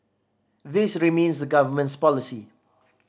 this remains the Government's policy